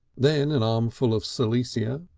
then an armful of silesia,